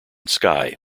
sky